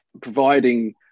Providing